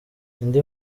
indi